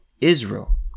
Israel